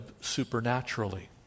supernaturally